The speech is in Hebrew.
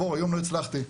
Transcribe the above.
היום לא הצלחתי,